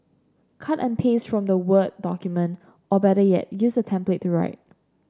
cut and paste from the word document or better yet use a template to write